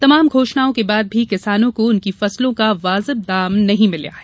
तमाम घोषणाओं के बाद भी किसानों को उनकी फसलों का वाजिब दाम नहीं मिले हैं